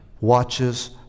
Watches